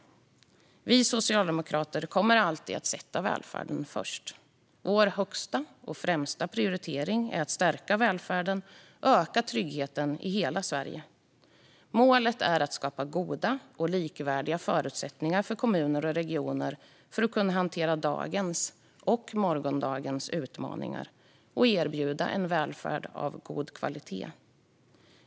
Vi socialdemokrater kommer alltid att sätta välfärden först. Vår högsta och främsta prioritering är att stärka välfärden och öka tryggheten i hela Sverige. Målet är att skapa goda och likvärdiga förutsättningar för kommuner och regioner för att kunna hantera dagens och morgondagens utmaningar och erbjuda en välfärd av god kvalitet.